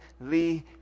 Lee